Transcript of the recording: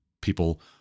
people